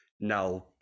now